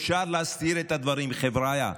אפשר להסתיר את הדברים, חבריא.